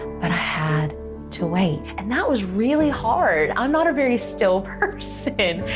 but i had to wait. and that was really hard. i'm not a very still person.